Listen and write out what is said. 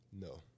No